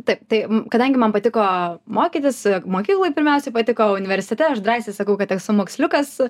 taip tai kadangi man patiko mokytis mokykloj pirmiausia patiko universitete aš drąsiai sakau kad esu moksliukas